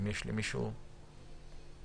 האם מישהו רוצה לומר משהו?